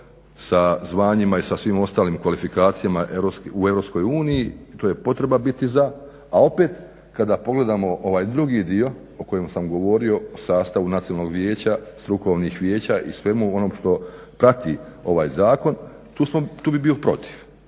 sa zvanjima i sa svim ostalim kvalifikacijama u EU to je potreba biti za, a opet kada pogledamo ovaj drugi dio o kojem sam govorio sastavu nacionalnog vijeća, strukovnih vijeća i svemu onom što prati ovaj zakon, tu bi bio protiv.